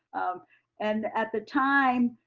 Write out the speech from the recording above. and at the time,